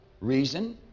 reason